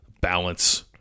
balance